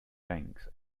banks